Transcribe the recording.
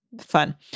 Fun